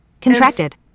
contracted